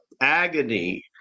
agony